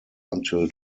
until